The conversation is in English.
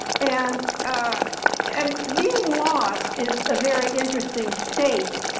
and ah and being lost is a very interesting state,